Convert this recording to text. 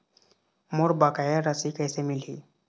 मोर बकाया राशि कैसे मिलही?